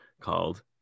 called